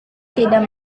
tidak